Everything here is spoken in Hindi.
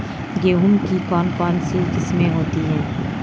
गेहूँ की कौन कौनसी किस्में होती है?